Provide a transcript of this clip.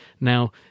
now